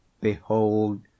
Behold